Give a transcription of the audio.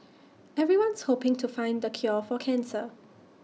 everyone's hoping to find the cure for cancer